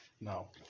No